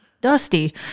Dusty